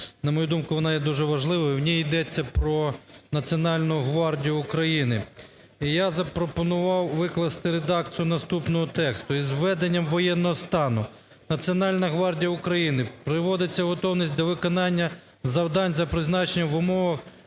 на мою думку, вона є дуже важлива і в ній йдеться про Національну гвардію України. І я запропонував викласти редакцію наступного тексту: "Із введенням воєнного стану Національна гвардія України приводиться в готовність до виконання завдань за призначенням в умовах